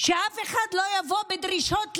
שאף אחד לא יבוא בדרישות אלינו,